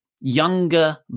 younger